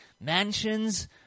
Mansions